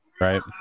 Right